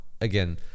again